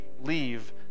leave